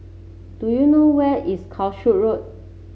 do you know where is Calshot Road